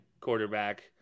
quarterback